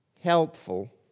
helpful